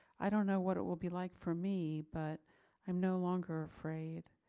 i don't know what it will be like for me but i'm no longer afraid.